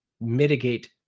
mitigate